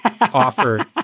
offer